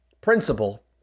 Principle